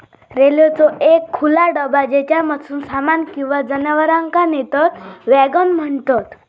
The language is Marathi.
रेल्वेचो एक खुला डबा ज्येच्यामधसून सामान किंवा जनावरांका नेतत वॅगन म्हणतत